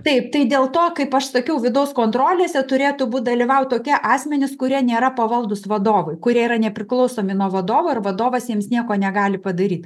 taip tai dėl to kaip aš sakiau vidaus kontrolėse turėtų būt dalyvaut tokie asmenys kurie nėra pavaldūs vadovui kurie yra nepriklausomi nuo vadovo ir vadovas jiems nieko negali padaryt